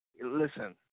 listen